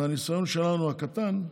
מהניסיון שלנו, הקטן,